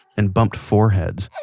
and bumped foreheads,